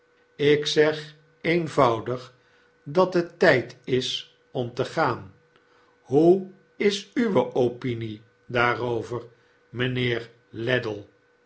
ik zeg eenvoudig dat het tp is om te gaan hoe is u w e opinie daarover mijnheer